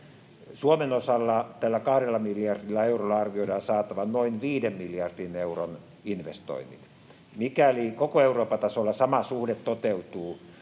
Suomen osalla tällä 2 miljardilla eurolla arvioidaan saatavan noin 5 miljardin euron investoinnit. Mikäli koko Euroopan tasolla sama suhde toteutuu,